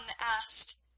asked